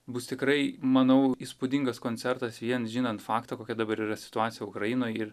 bus tikrai manau įspūdingas koncertas vien žinant faktą kokia dabar yra situacija ukrainoj ir